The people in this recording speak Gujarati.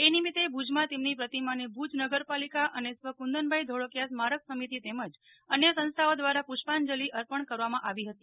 એ નિમિતે ભુજમાં તેમની પ્રતિમાને ભુજ નગરપાલિકા અને સ્વ કુંદનભાઈ ધોળકિયા સ્મારક સમિતિ તેમજ અન્ય સંસ્થાઓ દ્વારા પુષ્પાંજલી અર્પણ કરવામાં આવી હતી